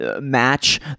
match